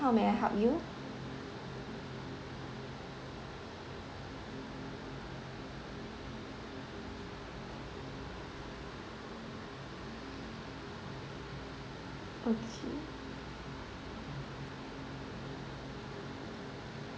how may I help you okay